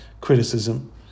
criticism